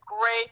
Great